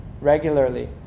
regularly